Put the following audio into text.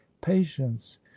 patience